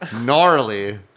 gnarly